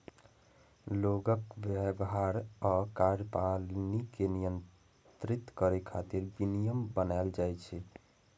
लोगक व्यवहार आ कार्यप्रणाली कें नियंत्रित करै खातिर विनियम बनाएल जाइ छै